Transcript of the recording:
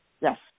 Yes